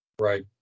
right